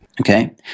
Okay